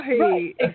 Right